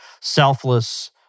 selfless